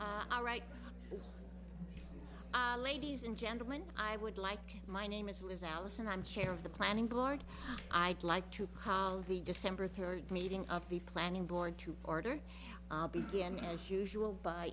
all right ladies and gentlemen i would like my name is liz allison i'm chair of the planning board i'd like to call the december third meeting of the planning board to order begin as usual by